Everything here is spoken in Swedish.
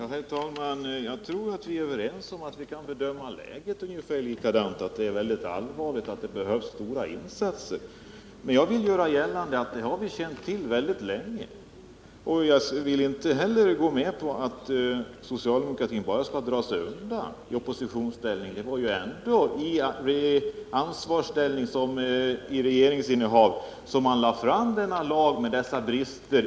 Herr talman! Jag tror att vi är överens om att bedöma läget så att det finns stora behov av insatser, men jag vill göra gällande att detta har varit känt sedan lång tid tillbaka. Jag vill inte heller gå med på att socialdemokratin bara skall dra sig undan i oppositionsställning. Man befann sig ändå i regeringsställning när man lade fram förslaget till den lag som i dag uppvisar så stora brister.